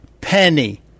Penny